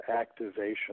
activation